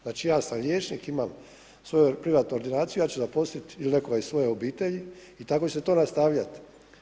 Znači, ja sam liječnik, imam svoju privatnu ordinaciju, ja ću zaposliti ili nekoga iz svoje obitelji i tako će se to nastavljati.